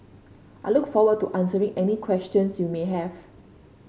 I look forward to answering any questions you may have